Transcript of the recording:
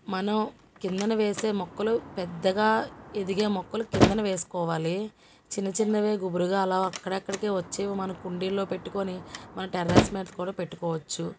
మనం కింద వేసే మొక్కలు పెద్దగా ఎదిగే మొక్కలు కింద వేసుకోవాలి చిన్న చిన్నవి గుబురుగా అలా అక్కడక్కడికి వచ్చేవి మన కుండీలో పెట్టుకుని మన టెర్రస్ మీద కూడా పెట్టుకోవచ్చు